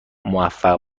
موفق